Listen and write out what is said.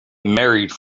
married